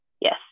Yes